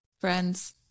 Friends